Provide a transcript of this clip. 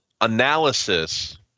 analysis